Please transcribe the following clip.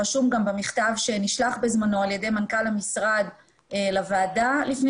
רשום גם במכתב שנשלח בזמנו על ידי מנכ"ל המשרד לוועדה לפני